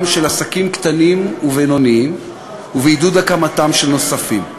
של עסקים קטנים ובינוניים ובעידוד הקמתם של נוספים,